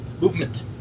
movement